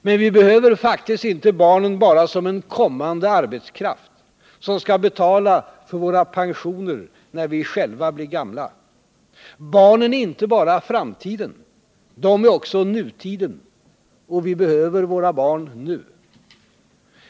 Men vi behöver faktiskt inte barnen bara som en kommande arbetskraft, som skall betala för våra pensioner när vi själva blir gamla. Barnen är inte bara framtiden, de är också nutiden, och vi behöver våra barn nu.